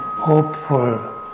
Hopeful